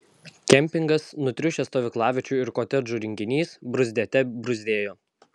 kempingas nutriušęs stovyklaviečių ir kotedžų rinkinys bruzdėte bruzdėjo